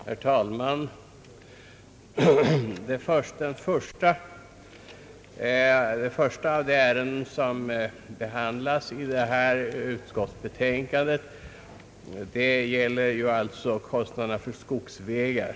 Herr talman! Det första av de ärenden som behandlas i det föreliggande utskottsbetänkandet gäller kostnaderna för skogsvägar.